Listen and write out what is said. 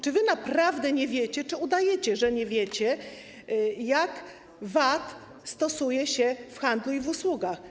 Czy wy naprawdę nie wiecie, czy udajecie, że nie wiecie, jak stosuje się VAT w handlu i w usługach?